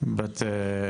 תרגום.